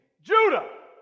Judah